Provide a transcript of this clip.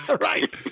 Right